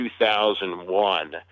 2001